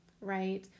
right